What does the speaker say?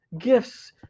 Gifts